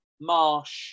Marsh